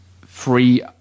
free